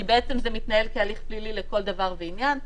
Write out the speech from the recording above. כי בעצם זה מתנהל כהליך פלילי לכל דבר ועניין.